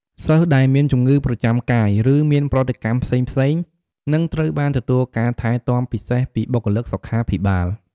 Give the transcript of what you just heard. សិស្សដែលមានជំងឺប្រចាំកាយ ឬមានប្រតិកម្មផ្សេងៗនឹងត្រូវបានទទួលការថែទាំពិសេសពីបុគ្គលិកសុខាភិបាល។